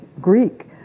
Greek